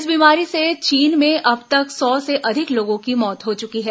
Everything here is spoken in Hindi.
इस बीमारी से चीन में अब तक सौ से अधिक लोगों की मौत हो चुकी है